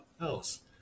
else